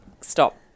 stop